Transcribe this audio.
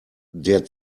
der